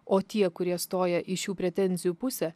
o tie kurie stoja į šių pretenzijų pusę